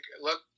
look